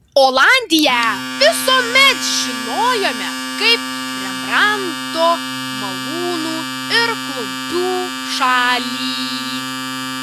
olandiją visuomet žinojome kaip rembrandto malūnų ir klumpių šalį